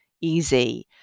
easy